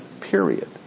period